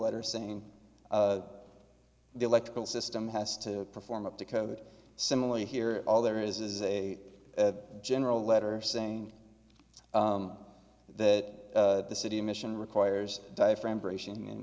letter saying the electrical system has to perform up to code similarly here all there is is a general letter saying that the city mission requires diaphragm bracing and